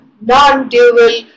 non-dual